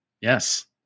Yes